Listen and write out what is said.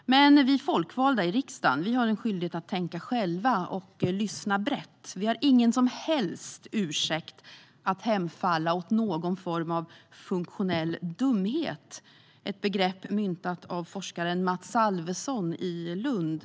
Men vi folkvalda i riksdagen har en skyldighet att tänka själva och lyssna brett. Vi har ingen som helst ursäkt att hemfalla åt någon form av funktionell dumhet - ett begrepp myntat av forskaren Mats Alvesson i Lund.